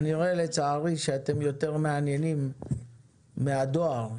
לצערי כנראה אתם פחות מעניינים מהדואר,